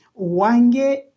Wange